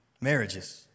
marriages